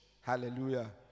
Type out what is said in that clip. Hallelujah